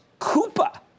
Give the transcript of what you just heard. Koopa